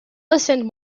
listened